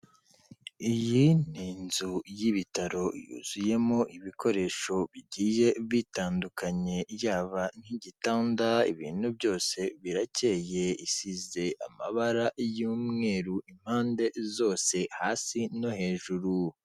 Iyi ni inzu y'ibitaro yuzuyemo ibikoresho bigiye bitandukanye yaba nk'igitanda ibintu byose birakeye isize amabara y'umweru impande zose hasi no hejuru.